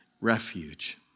refuge